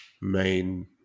main